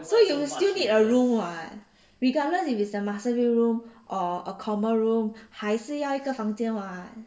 so you still need a room [what] regardless if it's the master room or a common room 还是要一个房间 [what]